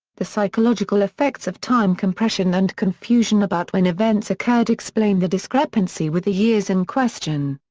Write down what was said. the psychological effects of time compression and confusion about when events occurred explained the discrepancy with the years in question.